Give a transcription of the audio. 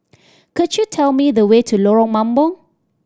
could you tell me the way to Lorong Mambong